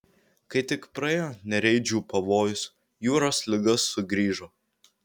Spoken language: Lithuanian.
kai tik praėjo nereidžių pavojus jūros liga sugrįžo